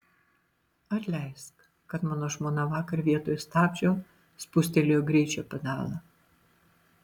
atleisk kad mano žmona vakar vietoj stabdžio spustelėjo greičio pedalą